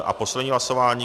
A poslední hlasování.